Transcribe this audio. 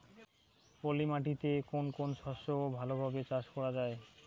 পলি মাটিতে কোন কোন শস্য ভালোভাবে চাষ করা য়ায়?